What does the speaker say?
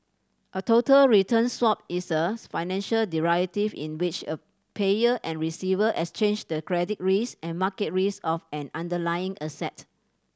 a total return swap is a financial derivative in which a payer and receiver exchange the credit risk and market risk of an underlying asset